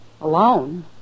alone